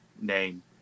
name